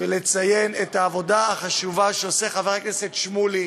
ולציין את העבודה החשובה שעושה חבר הכנסת שמולי